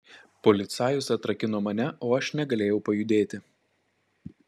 policajus atrakino mane o aš negalėjau pajudėti